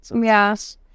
Yes